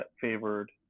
favored